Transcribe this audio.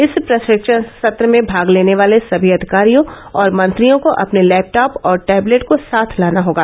इस प्रशिक्षण सत्र में भाग लेने वाले सभी अधिकारियों और मंत्रियों को अपने लैपटॉप और टैबलेट को साथ लाना होगा